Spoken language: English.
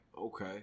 Okay